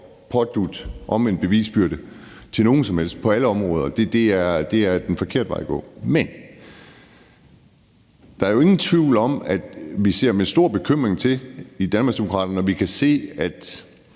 pådutte omvendt bevisbyrde til nogen som helst, på alle områder. Det er den forkerte vej at gå. Men der er jo ingen tvivl om, at vi ser med stor bekymring på det i Danmarksdemokraterne, når vi kan se, at